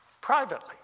Privately